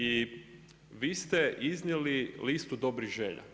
I vi ste iznijeli listu dobrih želja.